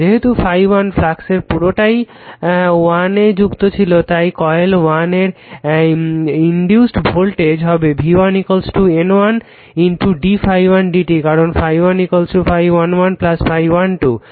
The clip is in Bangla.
যেহেতু ∅1 ফ্লাক্সের পুরোটাই কয়েল 1 এ যুক্ত ছিলো তাই কয়েল 1 এর ইনডিউসড ভোল্টেজ হবে v1 N 1 d ∅1 dt কারণ ∅1 ∅1 1 ∅1 2